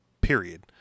period